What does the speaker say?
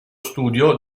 studio